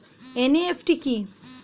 NEFT কি?